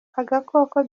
agakoko